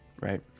right